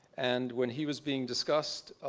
and when he was being discussed,